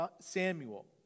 Samuel